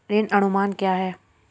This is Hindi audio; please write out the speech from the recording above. ऋण अनुमान क्या है?